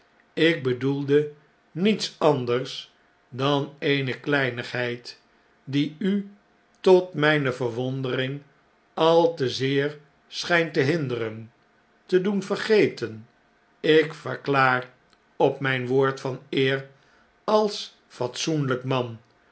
ik bedoelde niets anders dan eene kleinigheid die u tot myne verwondering al te zeer schy'nt te hinderen te doen vergeten ik verklaar op mijn woord van eer als fatsoenlyk man